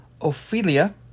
Ophelia